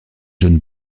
john